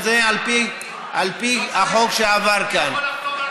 למה מצביעים עכשיו?